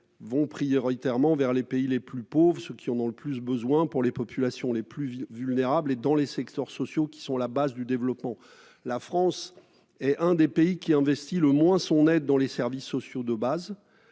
vont prioritairement vers les pays les plus pauvres- ceux qui en ont le plus besoin -, profitant ainsi aux populations les plus vulnérables et aux secteurs sociaux qui constituent la base du développement. La France est l'un des pays qui orientent le moins leur aide vers les services sociaux de base.